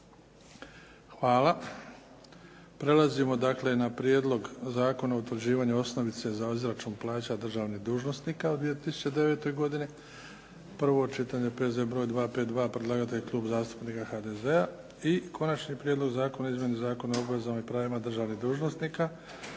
Hvala. Prelazimo dakle na - Prijedlog zakona o utvrđivanju osnovice za izračun plaća državnih dužnosnika u 2009. godini, prvo čitanje, P.Z. br. 252, predlagatelj: Klub zastupnika SDP-a i - Konačni prijedlog zakona o izmjeni Zakona o obvezama i pravima državnih dužnosnika,